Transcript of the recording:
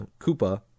Koopa